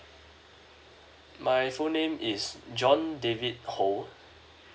my full name is john david ho